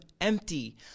empty